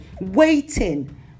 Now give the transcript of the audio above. waiting